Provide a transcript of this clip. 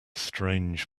strange